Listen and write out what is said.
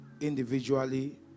individually